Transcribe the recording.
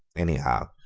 anyhow,